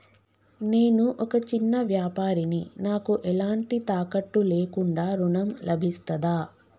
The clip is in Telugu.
నేను ఒక చిన్న వ్యాపారిని నాకు ఎలాంటి తాకట్టు లేకుండా ఋణం లభిస్తదా?